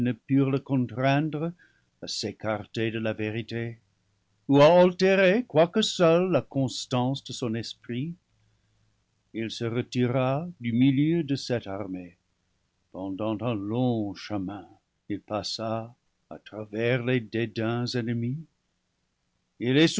le contraindre à s'écarter de la vérité ou à altérer quoique seul la constance de son esprit il se retira du milieu de cette ar mée pendant un long chemin il passa à travers les dédains ennemis il les